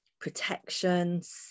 protections